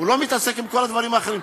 הוא לא מתעסק עם כל הדברים האחרים.